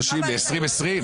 ל-2020.